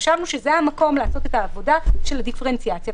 חשבנו שזה המקום לעשות את העבודה של הדיפרנציאציה.